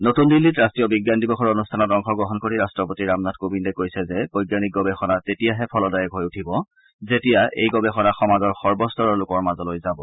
নতুন দিল্লীত ৰাষ্ট্ৰীয় বিজ্ঞান দিৱসৰ অনুষ্ঠানত অংশগ্ৰহণ কৰি ৰাষ্ট্ৰপতি ৰামনাথ কোবিন্দে কৈছে যে বৈজ্ঞানিক গৱেষণা তেতিয়াহে ফলদায়ক হৈ উঠিব যেতিয়া এই গৱেষণা সমাজৰ সৰ্বস্তৰৰ লোকৰ মাজলৈ যাব